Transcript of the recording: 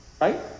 Right